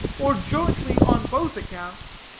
or jointly on both accounts.